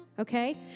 okay